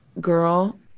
Girl